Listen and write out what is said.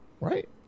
Right